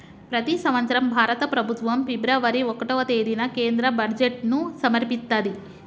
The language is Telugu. ప్రతి సంవత్సరం భారత ప్రభుత్వం ఫిబ్రవరి ఒకటవ తేదీన కేంద్ర బడ్జెట్ను సమర్పిత్తది